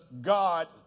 God